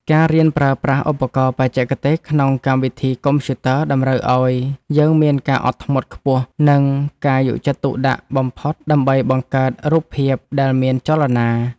ការរៀនប្រើប្រាស់ឧបករណ៍បច្ចេកទេសក្នុងកម្មវិធីកុំព្យូទ័រតម្រូវឱ្យយើងមានការអត់ធ្មត់ខ្ពស់ និង ការយកចិត្តទុកដាក់បំផុតដើម្បីបង្កើតរូបភាពដែលមានចលនា។